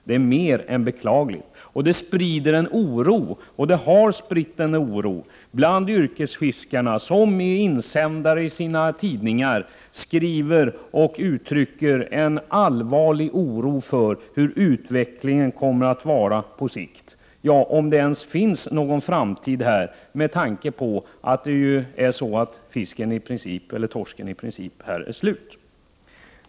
Det sprider sig dessutom en oro och har spritt sig en oro bland yrkesfiskarna, som i insändare i sina tidningar uttrycker en allvarlig oro för hur utvecklingen kommer att bli på sikt, om det ens finns någon framtid, med tanke på att torsken i princip är slut.